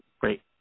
great